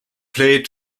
played